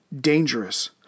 dangerous